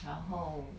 然后